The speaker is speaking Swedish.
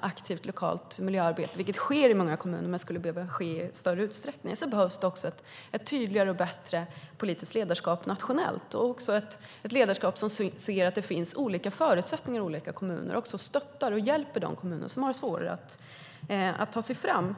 aktivt lokalt miljöarbete, vilket sker i många kommuner men skulle behöva ske i större utsträckning, behövs det också ett tydligare och bättre politiskt ledarskap nationellt. Det behövs ett ledarskap som ser att det finns olika förutsättningar i olika kommuner och som stöttar och hjälper de kommuner som har det svårare att ta sig fram.